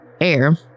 air